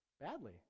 badly